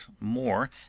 more